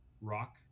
rock